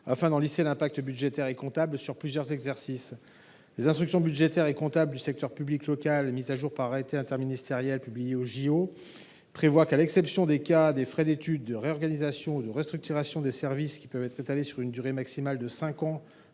afin d’en lisser l’impact budgétaire et comptable sur plusieurs exercices. Les instructions budgétaires et comptables du secteur public local, mises à jour par arrêté interministériel publié au, prévoient que, à l’exception des cas des frais d’études, de réorganisation ou de restructuration des services, qui peuvent être étalés sur une durée maximale de cinq